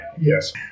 Yes